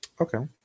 Okay